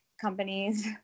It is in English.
companies